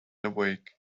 awake